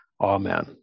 Amen